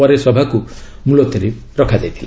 ପରେ ସଭାକୁ ମୁଲତବୀ ରଖାଯାଇଥିଲା